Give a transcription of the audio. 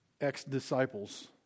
ex-disciples